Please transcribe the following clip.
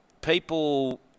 People